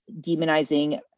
demonizing